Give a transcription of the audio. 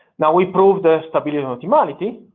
now we proved ah stability and optimality.